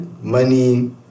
Money